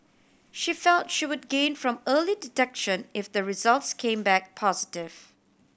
she felt she would gain from early detection if the results came back positive